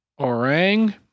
Orang